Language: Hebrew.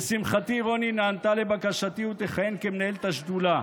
לשמחתי רוני נענתה לבקשתי, ותכהן כמנהלת השדולה.